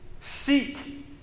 seek